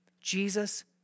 Jesus